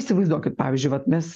įsivaizduokit pavyzdžiui vat mes